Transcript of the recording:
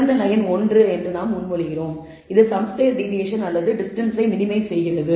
சிறந்த லயன் 1 என்று நாம் முன்மொழிகிறோம் இது சம் ஸ்கொயர் டிவியேஷன் அல்லது டிஸ்டன்ஸ்ஸை மினிமைஸ் செய்கிறது